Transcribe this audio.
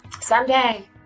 Someday